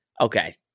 okay